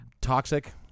toxic